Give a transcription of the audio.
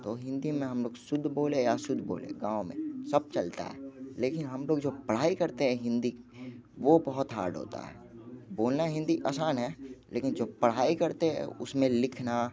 तो हिंदी में हम लोग शुद्ध बोले या अशुद्ध बोल गाँव में सब चलता है लेकिन हम लोग जो पढ़ाई करते हैं हिंदी वो बहुत हार्ड होता है बोलना हिंदी आसान है लेकिन जो पढ़ाई करते हैं उसमें लिखना